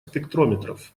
спектрометров